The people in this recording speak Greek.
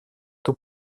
του